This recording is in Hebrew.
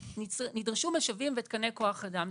נדרשו משאבים ותקני כוח אדם,